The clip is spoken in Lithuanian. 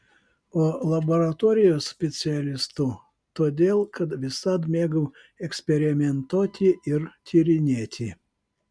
o laboratorijos specialistu todėl kad visad mėgau eksperimentuoti ir tyrinėti